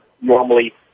normally